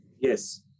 Yes